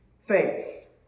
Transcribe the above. faith